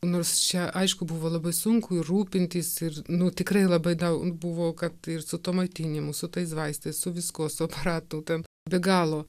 nors čia aišku buvo labai sunku ir rūpintis ir nu tikrai labai daug buvo kad ir su tuo maitinimu su tais vaistais su viskuo su aparatu ten be galo